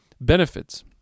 benefits